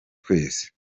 twese